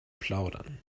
plaudern